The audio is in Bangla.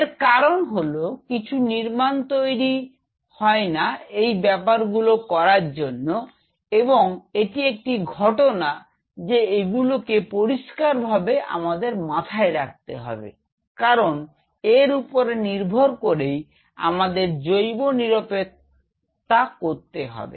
এর কারণ হলো কিছু নির্মাণ তৈরি হয়না এই ব্যপারগুলো করার জন্য এবং এটি একটি ঘটনা যে এগুলোকে পরিষ্কারভাবে আমাদের মাথায় রাখতে হবে কারণ এর উপরে নির্ভর করেই আমাদের জৈব নিরাপত্তা করতে হবে